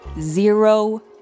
zero